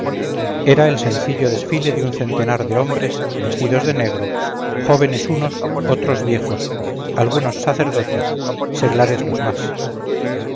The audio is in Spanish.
era el sencillo desfile de un centenar de hombres vestidos de negro jóvenes unos otros viejos algunos sacerdotes seglares los más